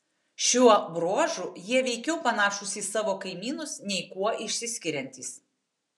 šiuo bruožu jie veikiau panašūs į savo kaimynus nei kuo išsiskiriantys